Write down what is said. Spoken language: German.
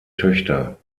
töchter